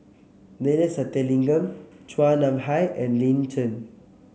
Neila Sathyalingam Chua Nam Hai and Lin Chen